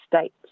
states